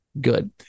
Good